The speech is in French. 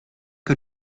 que